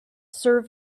serve